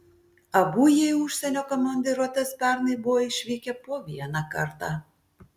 abu jie į užsienio komandiruotes pernai buvo išvykę po vieną kartą